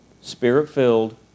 Spirit-filled